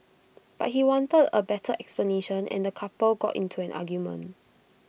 but he wanted A better explanation and the couple got into an argument